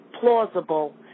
plausible